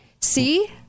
See